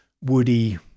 woody